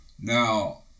Now